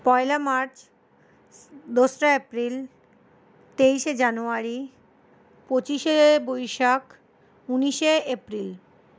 পয়লা March দোসরা April তেইশে January পঁচিশে বৈশাখ উনিশে এপ্রিল